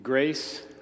grace